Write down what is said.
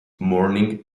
morning